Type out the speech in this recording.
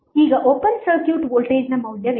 ಈಗ open circuit ವೋಲ್ಟೇಜ್ನ ಮೌಲ್ಯ ಏನು